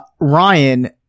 Ryan